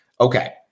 Okay